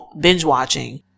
binge-watching